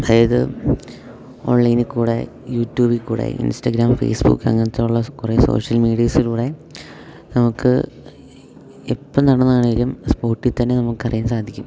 അതായത് ഓൺലൈനിൽക്കൂടെ യൂട്യൂബിൽക്കൂടെ ഇൻസ്റ്റാഗ്രാം ഫേസ്ബുക്ക് അങ്ങനെത്തെയുള്ള കുറേ സോഷ്യൽ മീഡിയസിലൂടെ നമുക്ക് എപ്പം നടന്നതാണെങ്കിലും സ്പോട്ടിൽതന്നെ നമുക്കറിയാൻ സാധിക്കും